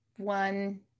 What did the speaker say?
One